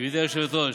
גברתי היושבת-ראש,